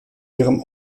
ihrem